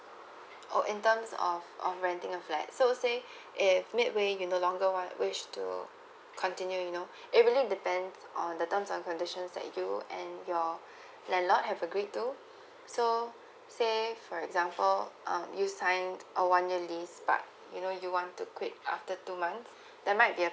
or in terms of uh renting a flat so say if mid way you no longer want wish to continue you know it really depend on the terms and conditions that you and your landlord had agreed to so say for example um you signed a one year lease but you know you want to quit after two months that might be a